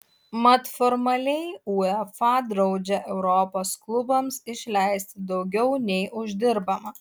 mat formaliai uefa draudžia europos klubams išleisti daugiau nei uždirbama